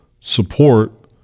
support